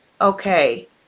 okay